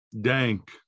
dank